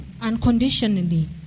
unconditionally